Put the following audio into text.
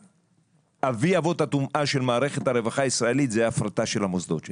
אבי אבות הטומאה של מערכת הרווחה הישראלית זה ההפרטה של המוסדות שלה.